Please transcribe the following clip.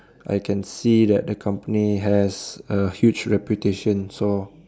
I can see that the company has a huge reputation so